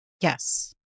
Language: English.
Yes